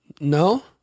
No